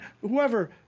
whoever